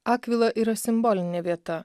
akvila yra simbolinė vieta